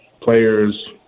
players